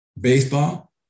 baseball